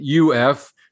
UF